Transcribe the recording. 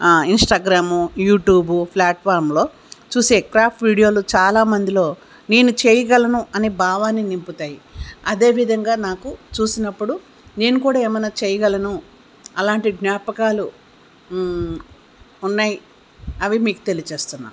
Instagram YouTube ఫ్లాట్ఫామ్లో చూసే craft వీడియోలు చాలామందిలో నేను చేయగలను అనే భావాన్ని నింపుతాయి అదేవిధంగా నాకు చూసినప్పుడు నేను కూడా ఏమన్నా చేయగలను అలాంటి జ్ఞాపకాలు ఉన్నాయి అవి మీకు తెలియచేస్తున్నాను